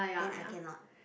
then I cannot